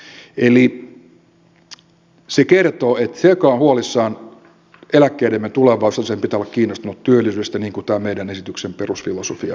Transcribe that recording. eli se kertoo että sen joka on huolissaan eläkkeidemme tulevaisuudesta pitää olla kiinnostunut työllisyydestä niin kuin tämän meidän esityksemme perusfilosofia on